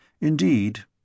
Indeed